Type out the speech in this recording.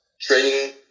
training